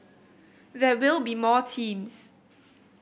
there will be more teams